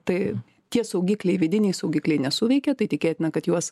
tai tie saugikliai vidiniai saugikliai nesuveikė tai tikėtina kad juos